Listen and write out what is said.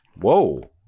Whoa